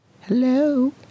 Hello